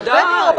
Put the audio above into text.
ודאי.